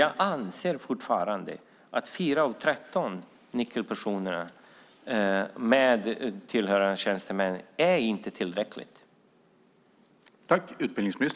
Jag anser fortfarande att 4 av 13 nyckelpersoner med tillhörande tjänstemän inte är tillräckligt.